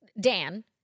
Dan